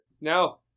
No